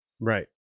right